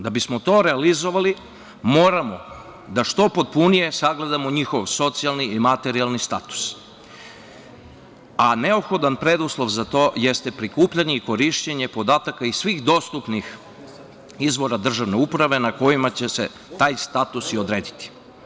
Da bismo o to realizovali moramo da što potpunije sagledamo njihov socijalni materijalni status, a neophodan preduslov za to jeste prikupljanje i korišćenje podataka i svih dostupnih izvora državne uprave na kojima će se taj status i odrediti.